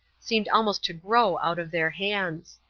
seemed almost to grow out of their hands.